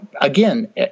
again